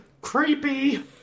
creepy